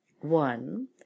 One